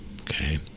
okay